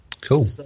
Cool